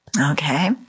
Okay